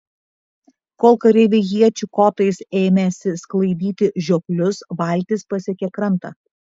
kol kareiviai iečių kotais ėmėsi sklaidyti žioplius valtis pasiekė krantą